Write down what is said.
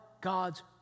God's